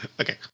Okay